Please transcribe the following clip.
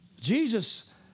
Jesus